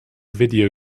video